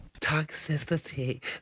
Toxicity